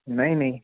नहीं नहीं